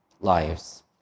lives